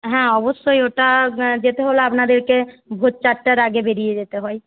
হ্যাঁ অবশ্যই ওটা যেতে হলে আপনাদেরকে ভোর চারটের আগে বেরিয়ে যেতে হয়